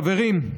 חברים,